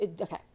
okay